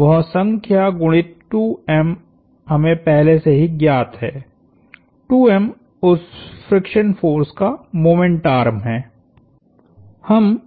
वह संख्या गुणित 2m हमें पहले से ही ज्ञात हैं 2m उस फ्रिक्शन फोर्स का मोमेंट आर्म है